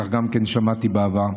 כך גם שמעתי בעבר.